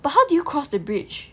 but how do you cross the bridge